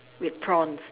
with prawns